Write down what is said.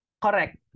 Correct